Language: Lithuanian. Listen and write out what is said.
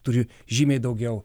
turi žymiai daugiau